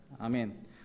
Amen